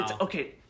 okay